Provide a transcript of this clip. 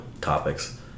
topics